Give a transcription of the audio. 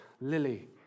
Lily